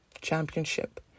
Championship